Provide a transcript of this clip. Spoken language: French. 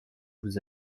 vous